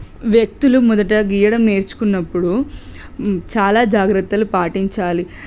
వ్యక్తులు మొదట గియ్యడం నేర్చుకున్నప్పుడు చాలా జాగ్రత్తలు పాటించాలి